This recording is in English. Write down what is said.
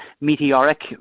meteoric